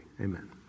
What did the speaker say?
Amen